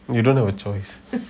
you don't have a choice